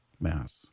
mass